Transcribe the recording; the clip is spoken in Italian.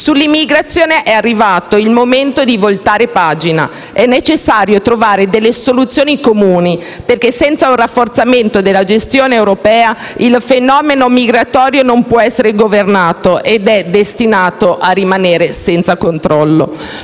Sull'immigrazione è arrivato il momento di voltare pagina. È necessario trovare delle soluzioni comuni perché, senza un rafforzamento della gestione europea, il fenomeno migratorio non può essere governato ed è destinato a rimanere senza controllo.